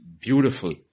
beautiful